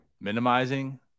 minimizing